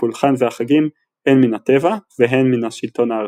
הפולחן והחגים הן מן הטבע והן מן השלטון הארצי.